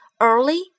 early